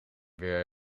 weer